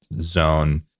zone